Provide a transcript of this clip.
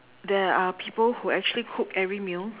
there are people who actually cook every meal